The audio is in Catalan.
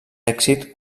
èxit